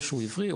או שהוא הבריא,